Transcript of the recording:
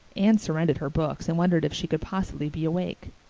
anne surrendered her books and wondered if she could possibly be awake.